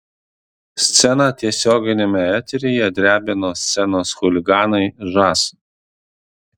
sceną tiesioginiame eteryje drebino scenos chuliganai žas